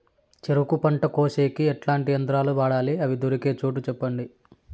చెరుకు పంట కోసేకి ఎట్లాంటి యంత్రాలు వాడాలి? అవి దొరికే చోటు చెప్పండి?